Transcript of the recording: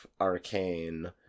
Arcane